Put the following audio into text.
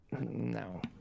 No